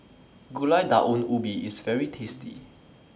Gulai Daun Ubi IS very tasty